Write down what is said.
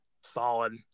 Solid